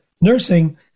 nursing